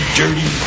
dirty